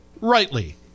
rightly